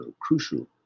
crucial